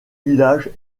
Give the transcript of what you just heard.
village